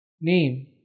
name